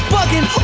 Bugging